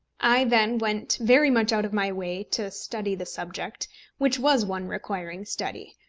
i then went very much out of my way to study the subject which was one requiring study.